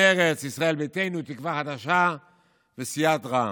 מרצ, ישראל ביתנו, תקווה חדשה וסיעת רע"מ,